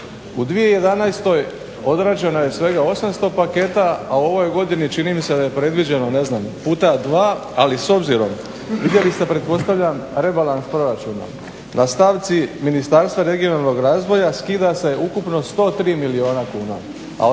U 2011. odrađeno je svega 800 paketa a u ovoj godini čini mi se da je predviđeno ne znam puta 2. Ali s obzirom vidjeli ste pretpostavljam rebalans proračuna, na stavci Ministarstva regionalnog razvoja skida se ukupno 103 milijuna kuna,